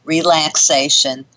relaxation